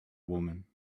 woman